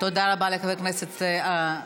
תודה רבה לחבר הכנסת סעד.